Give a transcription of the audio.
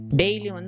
daily